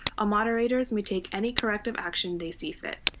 ah moderators may take any corrective action they see fit.